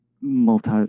multi